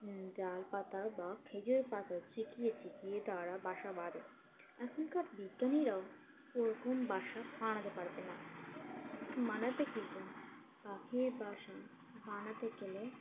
তাল পাতা বা খেজুর পাতা চিকিয়ে চিকিয়ে তারা বাসা বাঁধে এখনকার বিজ্ঞানীরাও ওরকম বাসা বানাতে পারবে না বানাবে কি করে পাখির বাসা বানাতে গেলে